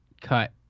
cut